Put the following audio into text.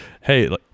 hey